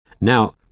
Now